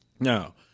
Now